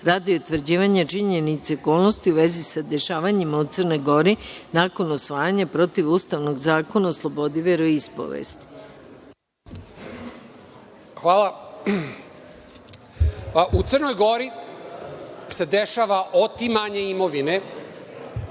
radi utvrđivanja činjenica i okolnosti u vezi sa dešavanjima u Crnoj Gori, nakon usvajanja protivustavnog zakona o slobodi i veroispovesti. **Saša Radulović** Hvala.U Crnoj Gori se dešava otimanje imovine